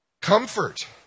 comfort